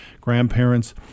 grandparents